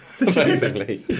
amazingly